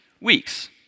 weeks